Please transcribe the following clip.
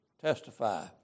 testify